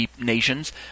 nations